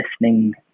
listening